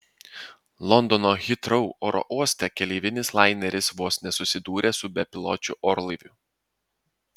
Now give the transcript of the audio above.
londono hitrou oro uoste keleivinis laineris vos nesusidūrė su bepiločiu orlaiviu